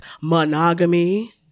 monogamy